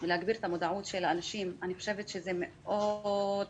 והגברת המודעות של האנשים זה מאוד חשוב,